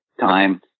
time